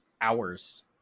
hours